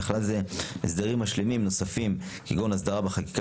בכלל זה הסדרים משלימים נוספים כגון הסדרה בחקיקה